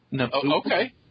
Okay